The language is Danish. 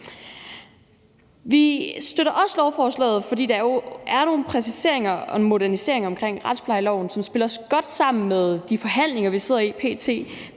Vi støtter også lovforslaget, fordi der er nogle præciseringer og en modernisering vedrørende retsplejeloven, som spiller godt sammen med de forhandlinger, vi p.t. sidder i i